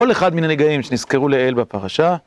כל אחד מן הנגעים שנזכרו לעיל בפרשה.